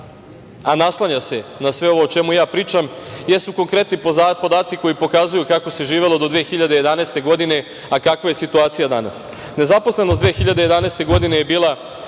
a naslanja se na sve ovo o čemu ja pričam, jesu konkretni podaci koji pokazuju kako se živelo do 2011. godine, a kakva je situacija danas. Nezaposlenost 2011. godine je bila